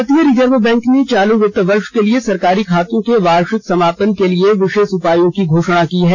भारतीय reserve bank ने चालू वित्त वर्ष के लिए सरकारी खातों के वार्षिक समापन के लिए विशेष उपायों की घोषणा की है